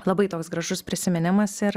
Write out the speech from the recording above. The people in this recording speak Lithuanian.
labai toks gražus prisiminimas ir